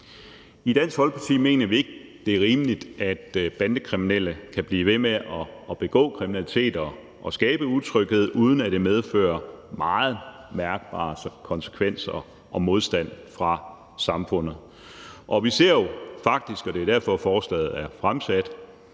I Dansk Folkeparti mener vi ikke, at det er rimeligt, at bandekriminelle kan blive ved med at begå kriminalitet og skabe utryghed, uden at det medfører meget mærkbare konsekvenser og modstand fra samfundet. Vi ser jo faktisk, og det er derfor, forslaget er fremsat,